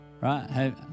Right